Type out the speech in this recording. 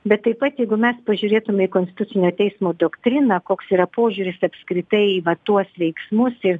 bet taip pat jeigu mes pažiūrėtume į konstitucinio teismo doktriną koks yra požiūris apskritai į va tuos veiksmus ir